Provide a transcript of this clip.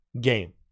game